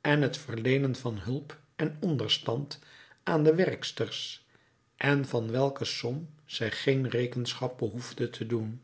en het verleenen van hulp en onderstand aan de werksters en van welke som zij geen rekenschap behoefde te doen